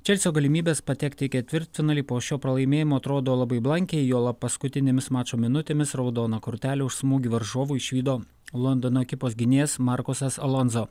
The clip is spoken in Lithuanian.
čelsio galimybes patekti į ketvirtfinalį po šio pralaimėjimo atrodo labai blankiai juolab paskutinėmis mačo minutėmis raudoną kortelę už smūgį varžovui išvydo londono ekipos gynėjas markosas alonso